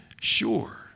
sure